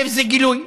זה גילוי,